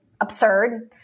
absurd